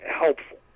helpful